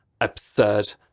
absurd